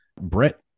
Brett